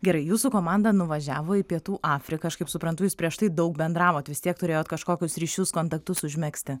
gerai jūsų komanda nuvažiavo į pietų afriką aš kaip suprantu jūs prieš tai daug bendravot vis tiek turėjot kažkokius ryšius kontaktus užmegzti